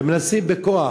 ומנסים בכוח